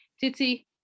titi